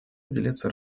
уделяться